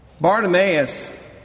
Bartimaeus